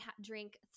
drink